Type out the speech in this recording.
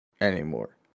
anymore